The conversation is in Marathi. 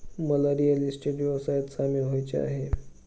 मला रिअल इस्टेट व्यवसायात सामील व्हायचे आहे